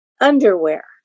underwear